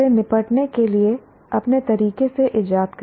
से निपटने के लिए अपने तरीके से इजात करें